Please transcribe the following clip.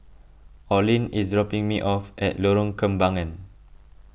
Orlin is dropping me off at Lorong Kembangan